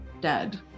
dead